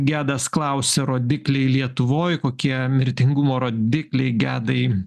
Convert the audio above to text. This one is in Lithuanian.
gedas klausia rodikliai lietuvoj kokie mirtingumo rodikliai gedai